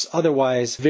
otherwise